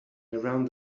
around